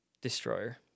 Destroyer